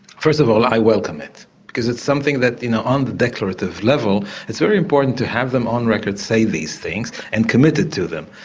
first of all i welcome it because it's something that you know on the declarative level it's very important to have them on record say these things and committed to them.